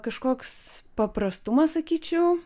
kažkoks paprastumas sakyčiau